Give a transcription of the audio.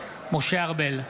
ארבל,